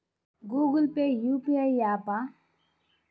Google Pay UPI య్యాపా?